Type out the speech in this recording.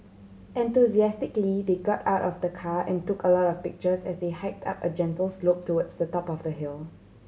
enthusiastically they got out of the car and took a lot of pictures as they hiked up a gentle slope towards the top of the hill